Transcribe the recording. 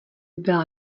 byla